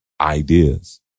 ideas